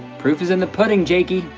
proof is in the pudding jakey.